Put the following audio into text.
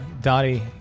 Dottie